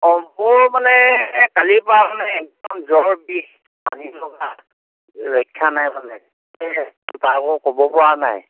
অঁ মোৰ মানে এহ্ কালিৰ পৰা মানে একদম জ্বৰ বিষ পানী লগা ৰক্ষা নাই মানে সেয়ে কাকো ক'ব পৰা নাই